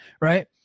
right